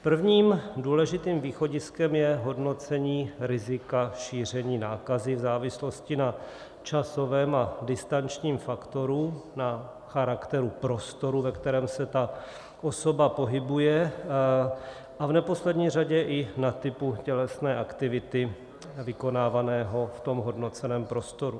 Prvním důležitým východiskem je hodnocení rizika šíření nákazy v závislosti na časovém a distančním faktoru, na charakteru prostoru, ve kterém se ta osoba pohybuje, a v neposlední řadě i na typu tělesné aktivity vykonávané v tom hodnoceném prostoru.